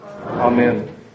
Amen